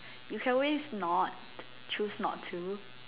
you can always not choose not to